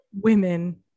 women